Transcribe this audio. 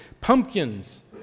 Pumpkins